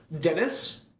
Dennis